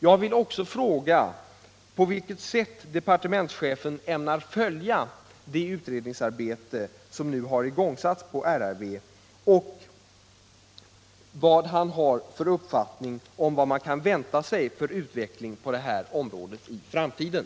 Jag vill också fråga: På vilket sätt ämnar departementschefen följa det utredningsarbete som nu har igångsatts på RRV och vilken uppfattning har han om den utveckling som man kan vänta sig på detta område i framtiden?